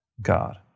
God